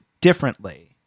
differently